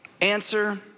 answer